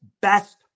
best